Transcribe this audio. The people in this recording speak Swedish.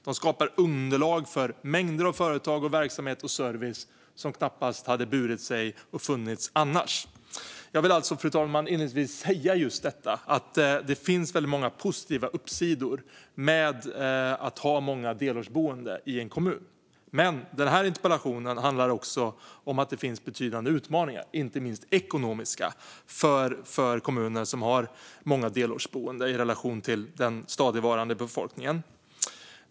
De skapar underlag för mängder av företag, verksamheter och service som knappast hade burit sig och funnits annars. Fru talman! Jag vill inledningsvis säga att det finns positiva uppsidor med att ha många delårsboende i en kommun. Men den här interpellationen handlar också om att det finns betydande utmaningar, inte minst ekonomiska, för kommuner som har många delårsboende i relation till den stadigvarande befolkningen.